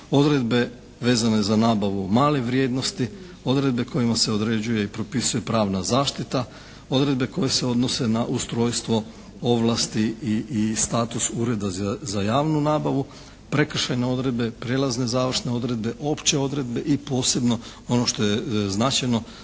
odredbe vezano za nabavu malih vrijednosti, odredbe kojima se određuje i propisuje pravna zaštita, odredbe koje se odnose na ustrojstvo ovlasti i status Ureda za javnu nabavu, prekršajne odredbe, prijelazne i završne odredbe, opće odredbe i posebno ono što je značajno